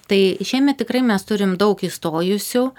tai šiemet tikrai mes turim daug įstojusių